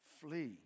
Flee